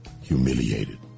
humiliated